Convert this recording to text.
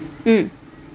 mm